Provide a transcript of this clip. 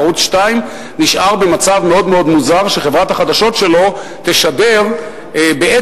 ערוץ-2 נשאר במצב מאוד מאוד מוזר שחברת החדשות שלו תשדר בעצם,